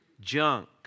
junk